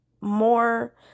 more